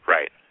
Right